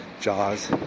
Jaws